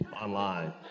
online